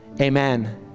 amen